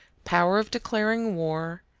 power of declaring war,